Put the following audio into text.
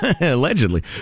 allegedly